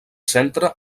centre